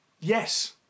yes